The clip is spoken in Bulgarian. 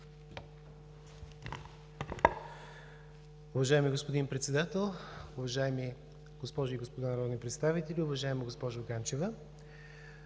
Уважаеми господин Председател, уважаеми госпожи и господа народни представители! Уважаема госпожо Ганчева,